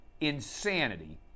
insanity